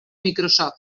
microsoft